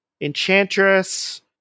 Enchantress